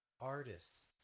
artists